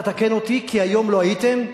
אתה תתקן אותי, כי היום לא הייתם,